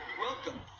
welcome